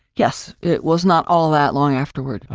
yes, it was not all that long afterward.